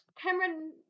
Cameron